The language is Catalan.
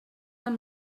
amb